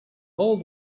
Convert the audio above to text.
old